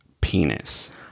penis